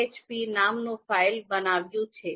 ahp નામનું file બનાવ્યું છે